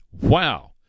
Wow